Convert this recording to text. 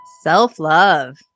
Self-love